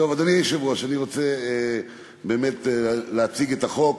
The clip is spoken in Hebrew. אדוני היושב-ראש, אני רוצה להציג את החוק.